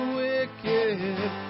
wicked